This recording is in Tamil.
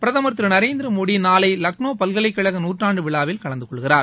பிரதமர் திரு நரேந்திரமோடி நாளை லக்னோ பல்கலைக் கழக நூற்றாண்டு விழாவில் கலந்து கொள்கிறார்